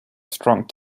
strong